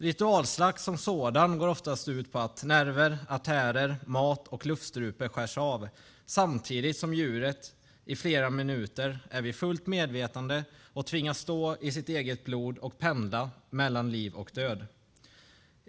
Ritualslakt som sådan går oftast ut på att nerver, artärer, mat och luftstrupe skärs av, samtidigt som djuret i flera minuter är vid fullt medvetande och tvingas stå i sitt eget blod och pendla mellan liv och död.